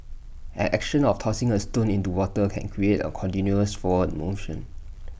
an action of tossing A stone into water can create A continuous forward motion